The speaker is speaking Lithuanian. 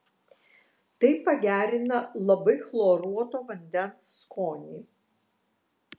tai pagerina labai chloruoto vandens skonį